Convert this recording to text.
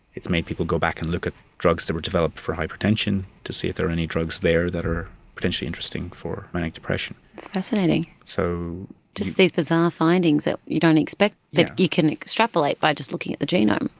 it's made people go back and look at drugs that were developed for hypertension to see if there are any drugs there that are potentially interesting for manic depression. it's fascinating, so just these bizarre findings that you don't expect that you can extrapolate by just looking at the genome.